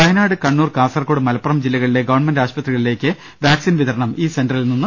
വയനാട്കണ്ണൂർ കാസർഗോഡ് മലപ്പുറം ജില്ലകളിലെ government ആശുപത്രികളിലേക്കുള്ള vaccine വിതരണം ഈ സെന്ററിൽ നിന്നും നടക്കും